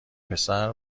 پسر